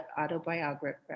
autobiography